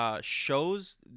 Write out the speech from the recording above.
Shows